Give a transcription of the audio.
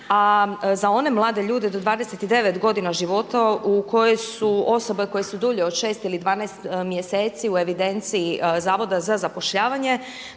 za one mlade ljude do 29 godina života u kojoj su osobe koje su dulje od 6 ili 12 mjeseci u evidenciji Zavoda za zapošljavanje